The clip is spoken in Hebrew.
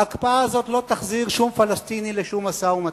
ההקפאה הזאת לא תחזיר שום פלסטיני לשום משא-ומתן,